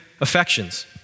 affections